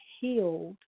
healed